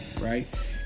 right